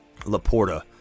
Laporta